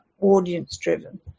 audience-driven